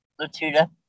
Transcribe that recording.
Latuda